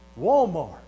Walmart